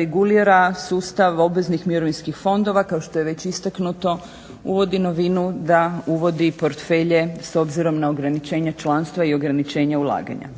regulira sustav obveznih mirovinskih fondova kao što je već istaknuto uvodi novinu da uvodi portfelje s obzirom na ograničenja članstva i ograničenja ulaganja.